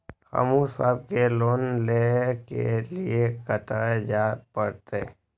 हमू सब के लोन ले के लीऐ कते जा परतें?